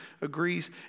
agrees